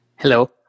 Hello